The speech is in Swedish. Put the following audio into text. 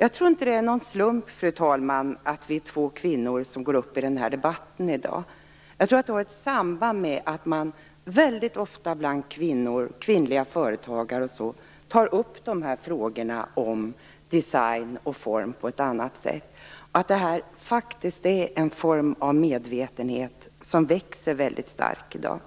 Jag tror inte att det är någon slump, fru talman, att vi är två kvinnor som går upp i debatten i dag. Jag tror att det har ett samband med att man väldigt ofta bland kvinnor - och bland kvinnliga företagare - tar upp frågorna om design och form på ett annat sätt. Det här är en form av medvetenhet som växer väldigt starkt i dag.